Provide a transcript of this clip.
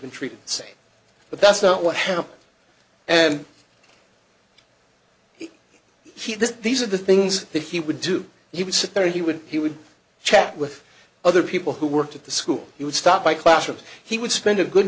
e treated say but that's not what happened and he this these are the things that he would do he would sit there he would he would chat with other people who worked at the school he would stop by classroom he would spend a good